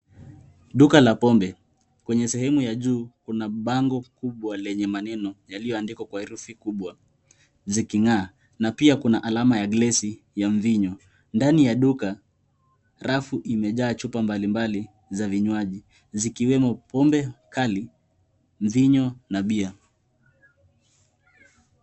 Duka la pombe kwenye sehemu ya juu kuna bango kubwa lenye maneno yaliyoandikwa Kwa herufi kubwa ziking'aa na pia kuna alama ya glesi ya mvinyo. Ndani ya duka, rafu imejaa chupa mbalimbali za vinywaji zikiwemo pombe Kali, mvinyo na bia.